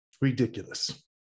Ridiculous